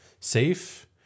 Safe